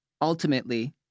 ultimately